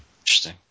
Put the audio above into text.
Interesting